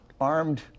armed